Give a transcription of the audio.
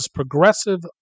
progressive